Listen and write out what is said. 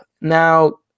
Now